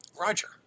Roger